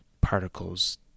particles